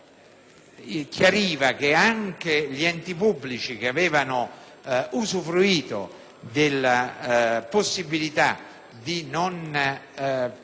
chiariva che anche gli enti pubblici che avevano usufruito della possibilità di non